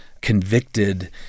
convicted